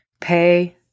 pay